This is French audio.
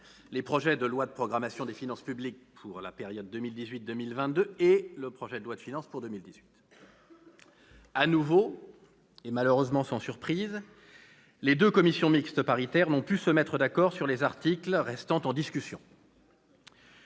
les projets de loi de programmation des finances publiques pour la période 2018-2022 et de loi de finances pour 2018. À nouveau, et malheureusement sans surprise, les deux commissions mixtes paritaires n'ont pu se mettre d'accord sur les articles restant en discussion.